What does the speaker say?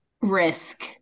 risk